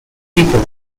people